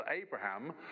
Abraham